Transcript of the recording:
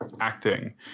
acting